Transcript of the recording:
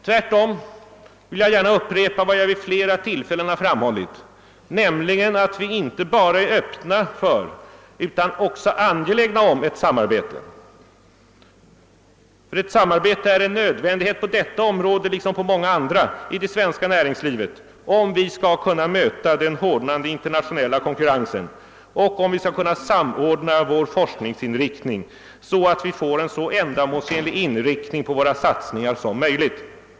Tvärtom vill jag här gärna upprepa vad jag vid flera tillfällen framhållit, nämligen att vi inte bara är öppna för utan också angelägna om ett samarbete. Ett samarbete är en nödvändighet på detta område liksom på så många andra i det svenska näringslivet, om vi skall kunna möta den hårdnande internationella konkurrensen och om vi skall kunna samordna vår forskningsinriktning så, att vi får en så ändamålsenlig inriktning på våra satsningar som möjligt.